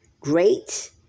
great